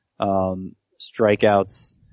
strikeouts